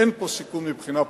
אין פה סיכון מבחינה פוליטית.